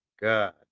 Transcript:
God